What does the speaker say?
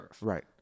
Right